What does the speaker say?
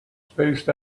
spaced